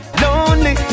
lonely